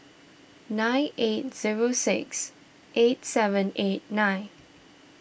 nine eight zero six eight seven eight nine